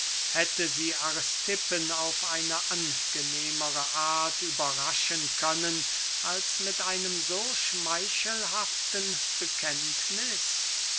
hätte sie aristippen auf eine angenehmere art überraschen können als mit einem so schmeichelhaften bekenntniß